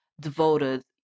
devoted